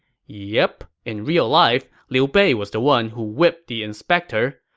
yup, in real life, liu bei was the one who whipped the inspector,